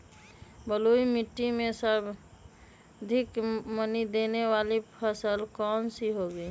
बलुई मिट्टी में सर्वाधिक मनी देने वाली फसल कौन सी होंगी?